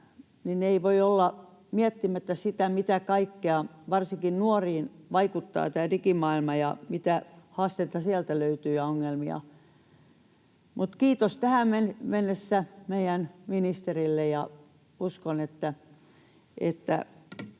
niin ei voi olla miettimättä sitä, miten varsinkin nuoriin vaikuttaa tämä digimaailma ja mitä haasteita ja ongelmia sieltä löytyy. Kiitos tähän mennessä meidän ministerille. Uskon, että